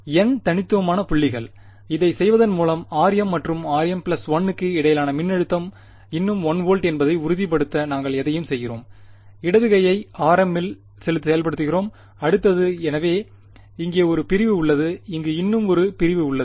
N தனித்துவமான புள்ளிகள் இதைச் செய்வதன் மூலம்rm மற்றும் rm 1 க்கு இடையிலான மின்னழுத்தம் இன்னும் 1 வோல்ட் என்பதை உறுதிப்படுத்த நாங்கள் எதையும் செய்கிறோம் இடது கையை rm இல் செயல்படுத்துகிறோம் அடுத்தது எனவே இங்கே ஒரு பிரிவு உள்ளது இங்கு இன்னும் ஒரு பிரிவு உள்ளது